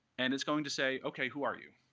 and it's going to say, ok, who are you?